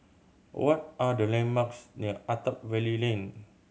what are the landmarks near Attap Valley Lane